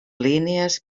línies